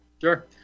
Sure